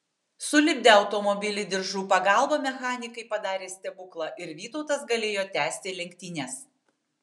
sulipdę automobilį diržų pagalbą mechanikai padarė stebuklą ir vytautas galėjo tęsti lenktynes